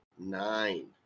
Nine